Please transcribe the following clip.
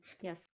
Yes